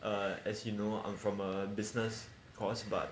uh as you know I'm from a business costs but